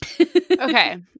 Okay